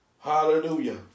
Hallelujah